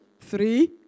three